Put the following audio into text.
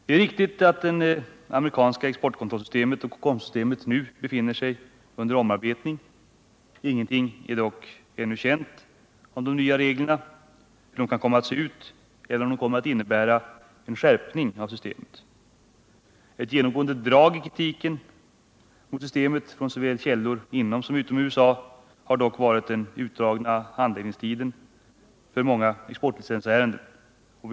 Det är riktigt att det amerikanska exportkontrollsystemet och COCOM systemet befinner sig under omarbetning. Ingenting är dock ännu känt om de nya reglerna, hur de kan komma att se ut eller om de kommer att innebära en skärpning av systemet. Ett genomgående drag i kritiken mot systemet från källor såväl inom som utom USA har dock gällt den utdragna handläggningstiden för många exportlicensärenden.